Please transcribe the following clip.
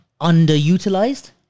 underutilized